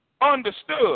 understood